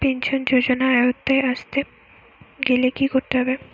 Pension যজোনার আওতায় আসতে গেলে কি করতে হবে?